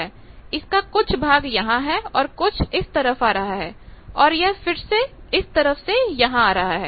इसका कुछ भाग यहां है और कुछ इस तरफ आ रहा है और यह फिर से इस तरफ से यहां आ रहा है